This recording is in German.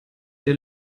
der